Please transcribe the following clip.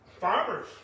Farmers